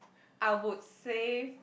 I would save